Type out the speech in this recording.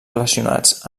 relacionats